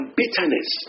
bitterness